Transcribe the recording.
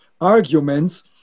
arguments